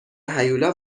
هیولا